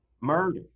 murder